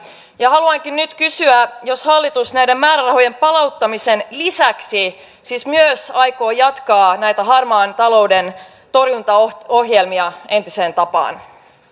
haluankin nyt kysyä aikooko hallitus näiden määrärahojen palauttamisen lisäksi siis myös jatkaa näitä harmaan talouden torjuntaohjelmia entiseen tapaan